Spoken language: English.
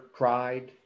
pride